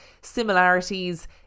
similarities